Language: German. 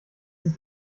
ist